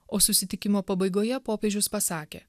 o susitikimo pabaigoje popiežius pasakė